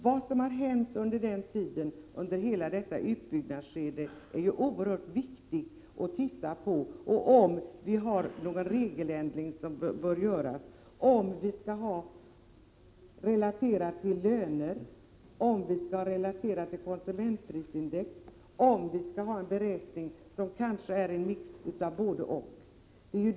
Vad som har hänt under hela detta utbyggnadsskede är ju oerhört viktigt att titta på för att kunna klarlägga om det behövs någon regeländring, om pensionerna skall vara relaterade till löner eller till konsumentprisindex, om vi skall ha en beräkning som kanske är en mix av både-och.